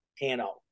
panel